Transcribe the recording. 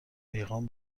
پیغام